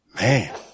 man